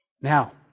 Now